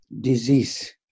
disease